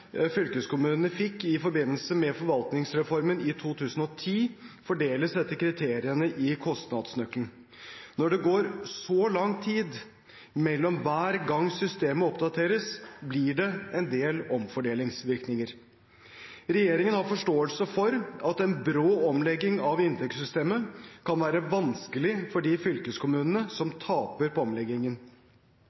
fylkeskommunene fikk i forbindelse med forvaltningsreformen i 2010, fordeles etter kriteriene i kostnadsnøkkelen. Når det går så lang tid mellom hver gang systemet oppdateres, blir det en del omfordelingsvirkninger. Regjeringen har forståelse for at en brå omlegging av inntektssystemet kan være vanskelig for de fylkeskommunene som taper på omleggingen.